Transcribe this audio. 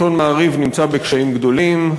עיתון "מעריב" נמצא בקשיים גדולים,